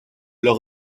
leur